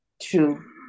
true